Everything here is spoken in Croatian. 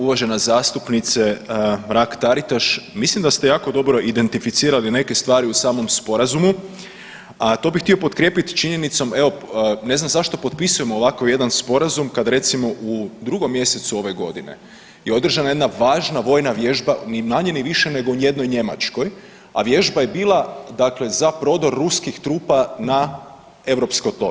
Uvažena zastupnice Mrak Taritaš mislim da ste jako dobro identificirali neke stvari u samom sporazumu, a to bih htio potkrijepiti činjenicom evo ne znam zašto potpisujemo ovakav jedan sporazum kada recimo u 2. mjesecu ove godine je održana jedna važna vojna vježba ni manje, ni više nego u jednoj Njemačkoj a vježba je bila dakle za prodor ruskih trupa na europsko tlo.